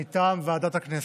מטעם ועדת הכנסת.